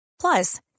Plus